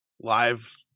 live